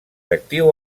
actiu